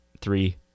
Three